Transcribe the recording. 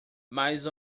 mas